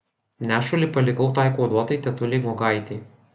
nešulį palikau tai kuoduotai tetulei guogaitei